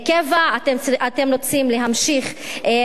אתם רוצים להמשיך עם זה,